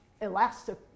elastic